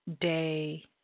day